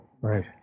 Right